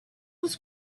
was